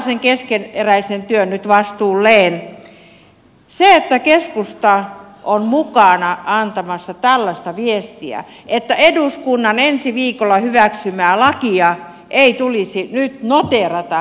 sehän on anarkismia että keskusta on mukana antamassa tällaista viestiä että eduskunnan ensi viikolla hyväksymää lakia ei tulisi nyt noteerata